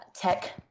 tech